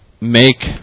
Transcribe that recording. make